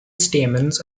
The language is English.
stamens